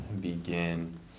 begin